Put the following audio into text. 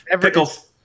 Pickles